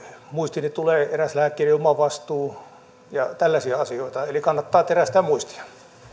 muistiini tulee esimerkiksi eräs lääkkeiden omavastuu ja tällaisia asioita eli kannattaa terästää muistia